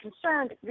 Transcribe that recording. concerned